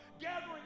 gathering